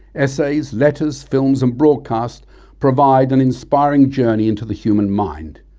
essays, letters, films and broadcasts provide an inspiring journey into the human mind.